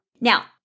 Now